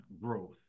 growth